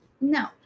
no